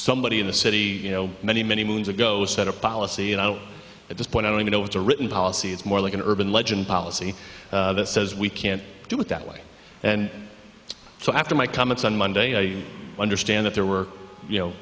somebody in the city you know many many moons ago said a policy you know at this point i don't know it's a written policy it's more like an urban legend policy that says we can't do it that way and so after my comments on monday i understand that there were you know